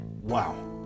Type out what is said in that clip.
wow